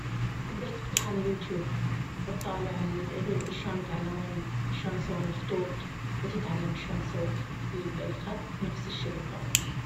تقدر تفتح على اليوتيوب وتطالع شلون يتعلمون شلون يسوون الخطوط وتتعلم شلون يسوون الخط نفس الشي بالضبط.